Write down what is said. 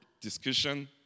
discussion